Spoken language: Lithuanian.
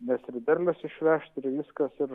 nes ir derlius išvežt ir viskas ir